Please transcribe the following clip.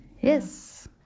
Yes